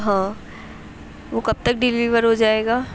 ہاں وہ کب تک ڈیلیور ہو جائے گا